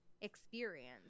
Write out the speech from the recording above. experience